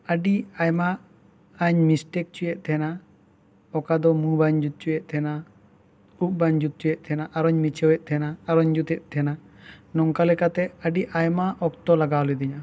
ᱟᱹᱰᱤ ᱟᱭᱢᱟᱹᱧ ᱢᱤᱥᱴᱮᱠ ᱚᱪᱚᱭᱮᱫ ᱛᱟᱦᱮᱱᱟ ᱚᱠᱟ ᱫᱚ ᱢᱩᱸ ᱵᱟᱹᱧ ᱡᱩᱛ ᱚᱪᱚᱭᱮᱫ ᱛᱟᱦᱮᱱᱟ ᱩᱵ ᱵᱟᱹᱧ ᱡᱩᱛ ᱚᱪᱚᱭᱮᱫ ᱛᱟᱦᱮᱱᱟ ᱟᱨ ᱤᱧ ᱢᱤᱪᱷᱟᱣ ᱮᱫ ᱛᱟᱦᱮᱱᱟ ᱱᱚᱝᱠᱟ ᱞᱮᱠᱟ ᱛᱮ ᱟᱹᱰᱤ ᱟᱭᱢᱟ ᱚᱠᱛᱚ ᱞᱟᱜᱟᱣ ᱞᱮᱫᱮᱧᱟᱹ